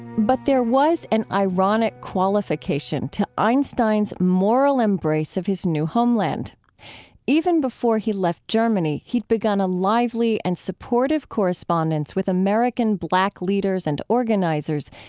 but there was an ironic qualification to einstein's moral embrace of his new homeland even before he left germany, he'd begun a lively and supportive correspondence with american black leaders and organizers,